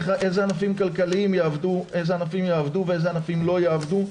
איזה ענפים יעבדו ואיזה ענפים לא יעבדו.